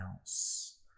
else